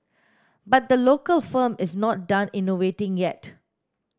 but the local firm is not done innovating yet